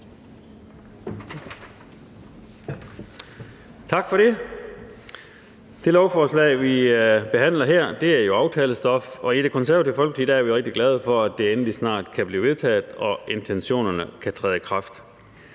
Tak for det. Det lovforslag, vi behandler her, er jo aftalestof. Og i Det Konservative Folkeparti er vi rigtig glade for, at det endelig snart kan blive vedtaget og intentionerne kan træde i kraft.